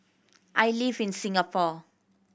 I live in Singapore